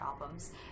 albums